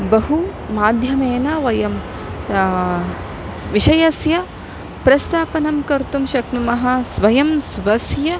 बहु माध्यमेन वयं विषयस्य प्रस्थापनं कर्तुं शक्नुमः स्वयं स्वस्य